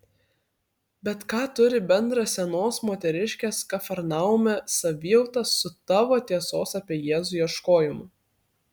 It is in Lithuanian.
bet ką turi bendra senos moteriškės kafarnaume savijauta su tavo tiesos apie jėzų ieškojimu